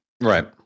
Right